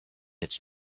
its